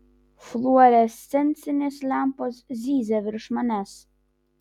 fluorescencinės lempos zyzia virš manęs